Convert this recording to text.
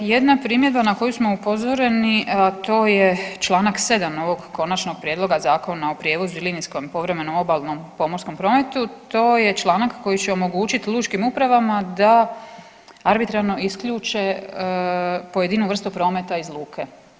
Jedna primjedba na koju smo upozoreni to je čl. 7.ovog Konačnog prijedloga Zakona o prijevozu linijskom i povremenom obalnom pomorskom prometu to je članak koji će omogućiti lučkim upravama da arbitrarno isključe pojedinu vrstu prometa iz luke.